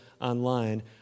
online